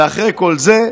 ואחרי כל זה,